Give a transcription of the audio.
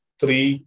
three